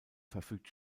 verfügt